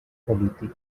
polític